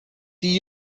die